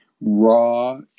raw